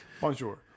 Bonjour